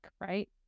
right